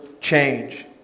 change